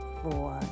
four